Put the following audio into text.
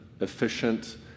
efficient